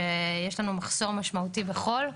שיש לנו מחסור משמעותי בחול,